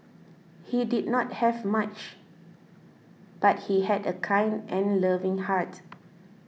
he did not have much but he had a kind and loving heart